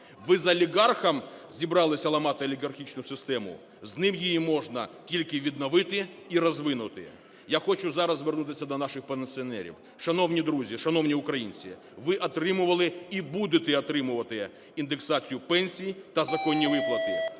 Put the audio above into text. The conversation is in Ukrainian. Ви з олігархом зібралися ламати олігархічну систему? З ним її можна тільки відновити і розвинути. Я хочу зараз звернутися до наших пенсіонерів. Шановні друзі, шановні українці, ви отримували і будете отримувати індексацію пенсій та законні виплати.